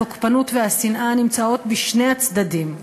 התוקפנות והשנאה נמצאות בשני הצדדים,